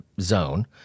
zone